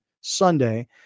Sunday